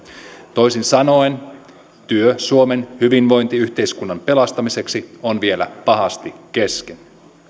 toisin sanoen työ suomen hyvinvointiyhteiskunnan pelastamiseksi on vielä pahasti kesken